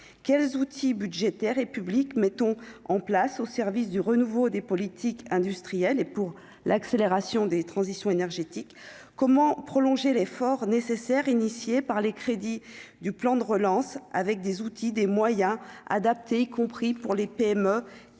quels outils budgétaires et public, mettons en place au service du renouveau des politiques industrielles et pour l'accélération des transitions énergétique comment prolonger l'effort nécessaire initiée par les crédits du plan de relance avec des outils, des moyens adaptés, y compris pour les PME